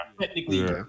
technically